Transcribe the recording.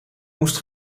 moest